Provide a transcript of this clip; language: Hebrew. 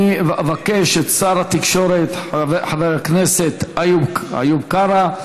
אני אבקש את שר התקשורת חבר הכנסת איוב קרא,